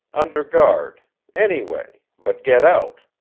under guard any way but get out!